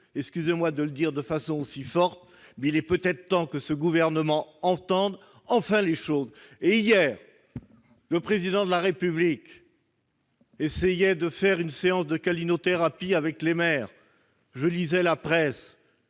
Excusez-moi de le dire de façon aussi forte, mais il est peut-être temps que ce gouvernement entende enfin les choses ! Hier, le Président de la République s'essayait à une séance de câlinothérapie avec les maires. Une sélection